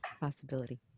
possibility